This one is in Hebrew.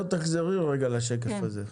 לא, תחזרי רגע לשקף הזה.